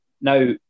Now